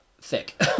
thick